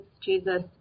Jesus